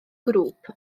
grŵp